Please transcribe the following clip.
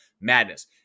Madness